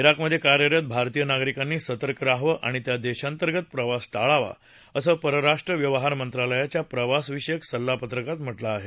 रोकमधे कार्यरत भारतीय नागरिकांनी सतर्क रहावं आणि त्या देशांतर्गत प्रवास टाळावा असं परराष्ट्र व्यवहार मंत्रालयाच्या प्रवासाविषयक सल्ला पत्रकात म्हटलं आहे